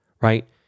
right